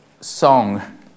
song